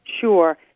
Sure